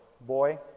boy